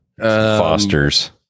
fosters